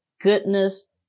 goodness